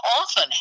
often